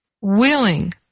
willing